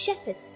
shepherds